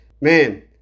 Man